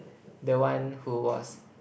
the one who was